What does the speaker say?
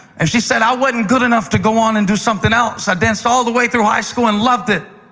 and she said, i wasn't good enough to go on and do something else. i danced all the way through high school and loved it.